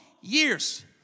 years